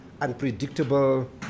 unpredictable